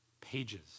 pages